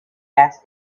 asked